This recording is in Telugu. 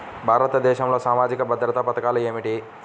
భారతదేశంలో సామాజిక భద్రతా పథకాలు ఏమిటీ?